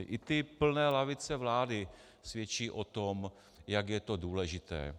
I ty plné lavice vlády svědčí o tom, jak je to důležité.